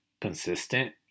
consistent